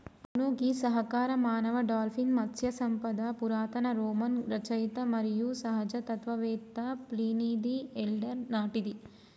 అవును గీ సహకార మానవ డాల్ఫిన్ మత్స్య సంపద పురాతన రోమన్ రచయిత మరియు సహజ తత్వవేత్త ప్లీనీది ఎల్డర్ నాటిది